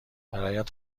برایت